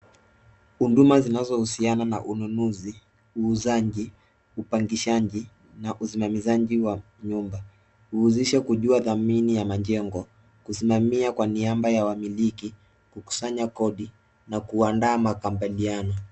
Huduma zinazohusiana na ununuzi, uuzaji, upangishaji na usimamizaji wa nyumba. Huhusisha kujua thamini ya majengo, kusimamia kwa niaba ya wamiliki, kukusanya kodi na kuandaa makabaliano.